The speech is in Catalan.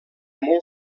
molt